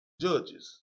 Judges